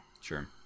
sure